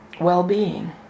well-being